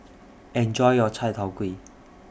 Enjoy your Chai Tow Kuay